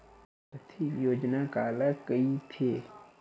आर्थिक योजना काला कइथे?